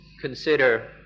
consider